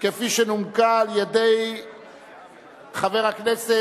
כפי שנומקה על-ידי חבר הכנסת,